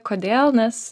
kodėl nes